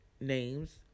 names